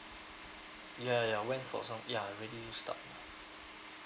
ya ya ya I went for some ya I already use up